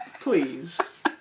Please